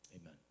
Amen